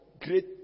great